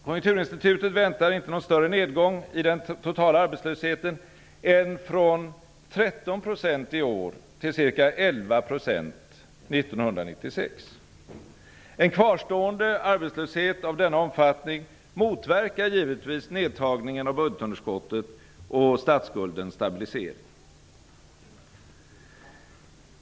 Konjunkturinstitutet väntar inte någon större nedgång i den totala arbetslösheten än från 13 % i år till ca 11 % 1996. En kvarstående arbetslöshet av denna omfattning motverkar givetvis nedtagningen av budgetunderskottet och statsskuldens stabilisering.